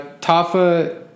Tafa